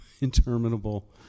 interminable